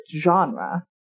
genre